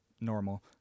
normal